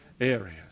areas